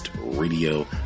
radio